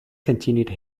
continued